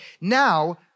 now